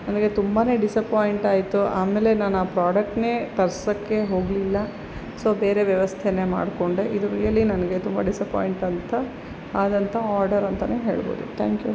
ನನಗೆ ತುಂಬ ಡಿಸಪಾಯಿಂಟಾಯಿತು ಆಮೇಲೆ ನಾನು ಆ ಪ್ರಾಡಕ್ಟನ್ನೇ ತರ್ಸಕ್ಕೆ ಹೋಗಲಿಲ್ಲ ಸೊ ಬೇರೆ ವ್ಯವಸ್ಥೆನೇ ಮಾಡಿಕೊಂಡೆ ಇದು ರಿಯಲೀ ನನಗೆ ತುಂಬ ಡಿಸಪಾಯಿಂಟ್ ಅಂತ ಆದಂಥ ಆರ್ಡರ್ ಅಂತನೇ ಹೇಳ್ಬೋದು ಥ್ಯಾಂಕ್ ಯು